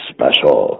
Special